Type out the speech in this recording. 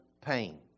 pain